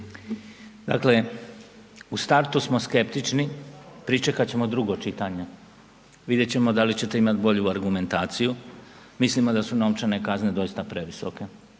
Dakle, u startu smo skeptični. Pričekat ćemo drugo čitanje. Vidjet ćemo da li ćete imati bolju argumentaciju. Mislimo da su novčane kazne doista previsoke